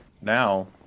now